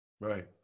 Right